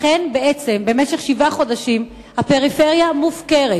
לכן בעצם במשך שבעה חודשים הפריפריה מופקרת.